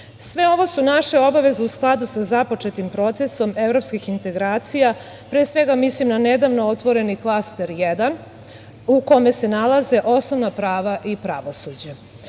ovo su naše obaveze u skladu sa započetim procesom evropskih integracija, pre svega mislim na nedavno otvoreni Klaster 1 u kome se nalaze osnovna prava i pravosuđe. Mišljenje